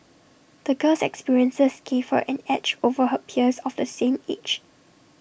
the girl's experiences gave her an edge over her peers of the same age